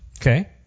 Okay